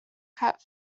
caught